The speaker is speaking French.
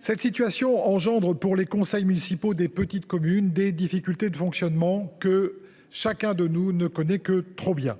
Cette situation engendre pour les conseils municipaux des petites communes des difficultés de fonctionnement que chacun de nous ne connaît que trop bien.